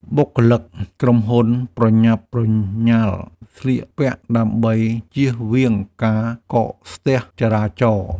បុគ្គលិកក្រុមហ៊ុនប្រញាប់ប្រញាល់ស្លៀកពាក់ ដើម្បីជៀសវាងការកកស្ទះចរាចរណ៍។